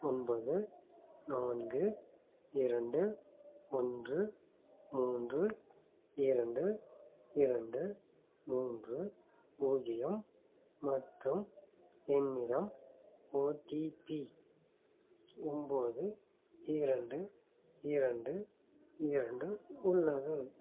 ஒன்பது நான்கு இரண்டு ஒன்று மூன்று இரண்டு இரண்டு மூன்று பூஜ்யம் மற்றும் என்னிடம் ஓடிபி ஒன்பது இரண்டு இரண்டு இரண்டு உள்ளது